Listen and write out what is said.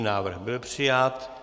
Návrh byl přijat.